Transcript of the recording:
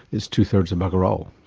it's two-thirds of bugger-all,